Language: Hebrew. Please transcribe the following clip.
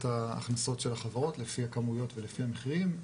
ההכנסות של החברות לפי הכמויות ולפי המחירים,